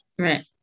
Right